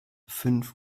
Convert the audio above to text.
fünf